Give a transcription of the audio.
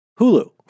Hulu